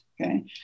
okay